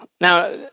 Now